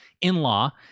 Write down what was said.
in-law